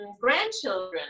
grandchildren